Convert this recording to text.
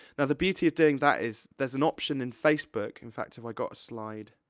now, the beauty of doing that is there's an option in facebook, in fact, have i got a slide?